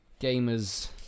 gamers